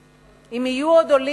אם יהיו עוד עולים, טוב.